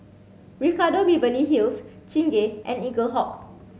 Ricardo Beverly Hills Chingay and Eaglehawk